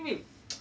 因为